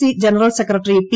C general secretary P